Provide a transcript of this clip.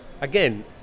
Again